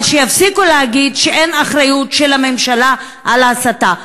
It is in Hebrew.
אבל שיפסיקו להגיד שאין אחריות של הממשלה להסתה.